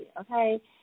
okay